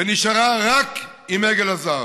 ונשארה רק עם עגל הזהב.